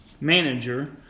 manager